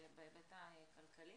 בהיבט הכלכלי?